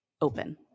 open